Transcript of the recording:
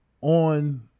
on